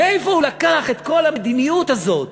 מאיפה הוא לקח את כל המדיניות הזאת